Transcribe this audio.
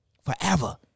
Forever